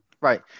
Right